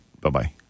Bye-bye